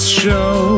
show